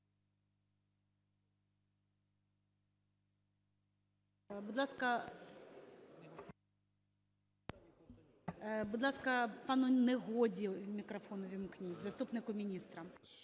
Будь ласка, пану Негоді мікрофон увімкніть, заступнику міністра.